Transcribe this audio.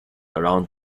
around